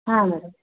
ಹಾಂ ಮೇಡಮ್